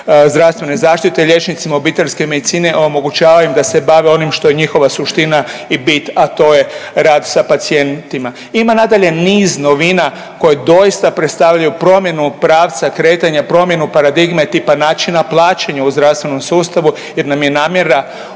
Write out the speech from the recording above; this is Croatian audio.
zdravstvene zaštite, liječnicima obiteljske medicine omogućava im da se bave onim što je njihova suština i bit, a to je rad sa pacijentima. Ima nadalje niz novina koje doista predstavljaju promjenu pravca kretanja, promjenu paradigme tipa načina plaćanja u zdravstvenom sustavu jer nam je namjera